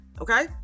Okay